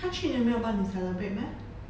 她去年没有帮你 celebrate meh